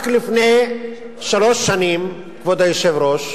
רק לפני שלוש שנים, כבוד היושב-ראש,